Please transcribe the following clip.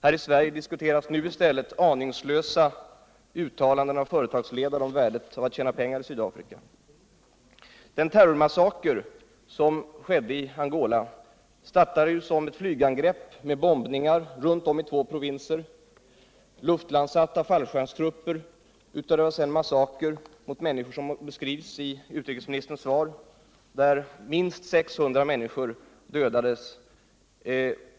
Här i Sverige diskuteras nu i stället aningslösa uttalanden av företagsledare om värdet av att tjäna pengar i Sydafrika. Den terrormassaker som skedde i Angola startade ju som ett flygangrepp med bombningar runt om i två provinser. Fallskärmstrupper verkstillde sedan massaker mot människor, såsom beskrivs i utrikesministerns svar, och minst 600 människor dödades.